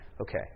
okay